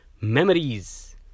memories